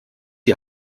die